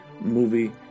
movie